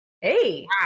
hey